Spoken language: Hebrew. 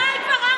די כבר.